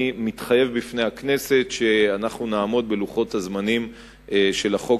אני מתחייב בפני הכנסת שאנחנו נעמוד בלוחות הזמנים של החוק,